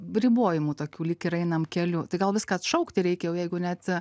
ribojimų tokių lyg ir einam keliu tai gal viską atšaukti reikia o jeigu net